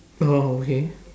oh okay